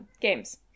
Games